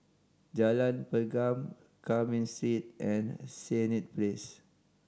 Jalan Pergam Carmen Street and Senett Place